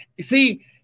see